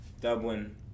Dublin